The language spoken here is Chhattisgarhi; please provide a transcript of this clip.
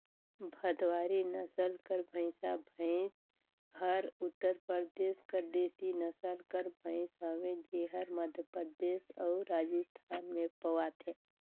भदवारी नसल कर भंइसा भंइस हर उत्तर परदेस कर देसी नसल कर भंइस हवे जेहर मध्यपरदेस अउ राजिस्थान में पवाथे